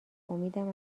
امیدم